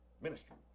ministry